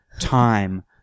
Time